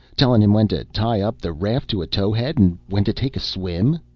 tellin' him when to tie up the raft to a tow-head and when to take a swim?